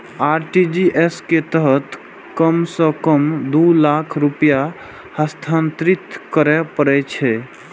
RTGS के तहत कम सं कम दू लाख रुपैया हस्तांतरित करय पड़ै छै